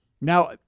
Now